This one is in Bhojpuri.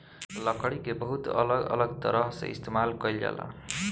लकड़ी के बहुत अलग अलग तरह से इस्तेमाल कईल जाला